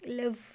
love